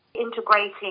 integrating